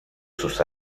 sus